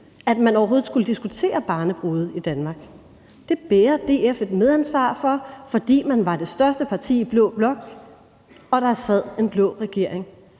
at man overhovedet skulle diskutere barnebrude i Danmark. Det bærer DF et medansvar for, fordi man var det største parti i blå blok og der sad en blå regering,